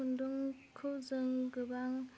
खुन्दुंखौ जों गोबां